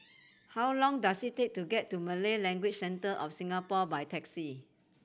how long does it take to get to Malay Language Centre of Singapore by taxi